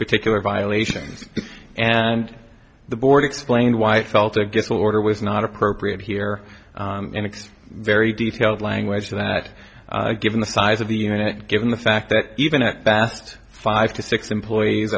particular violations and the board explained why i felt against the order was not appropriate here and it's very detailed language that given the size of the unit given the fact that even at best five to six employees